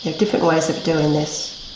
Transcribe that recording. ah different ways of doing this,